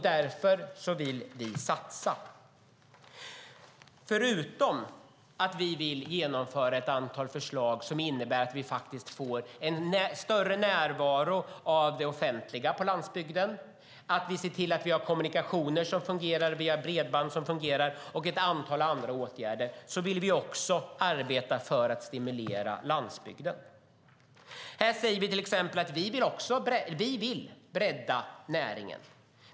Därför vill vi satsa. Förutom att vi vill genomföra ett antal förslag som innebär att vi faktiskt får en större närvaro av det offentliga på landsbygden och att vi ser till att vi har kommunikationer och ett bredband som fungerar samt ett antal andra åtgärder vill vi arbeta för att stimulera landsbygden. Vi säger till exempel att vi vill bredda näringen.